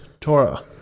Torah